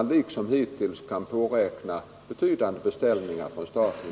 att liksom hittills få betydande beställningar från staten.